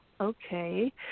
okay